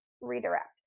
redirect